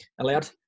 allowed